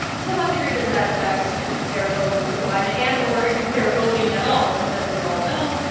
to what degree does that affect their voting for joe biden and or their voting at all? because as we all know,